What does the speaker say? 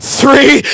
three